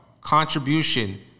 contribution